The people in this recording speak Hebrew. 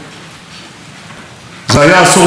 זה היה עשור מופלא גם מבחינה מדינית.